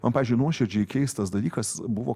man pavyzdžiui nuoširdžiai keistas dalykas buvo